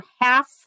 half